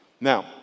Now